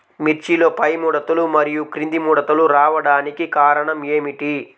మిర్చిలో పైముడతలు మరియు క్రింది ముడతలు రావడానికి కారణం ఏమిటి?